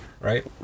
right